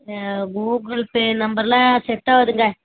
Google Pay நம்பரெலாம் set ஆகாதுங்க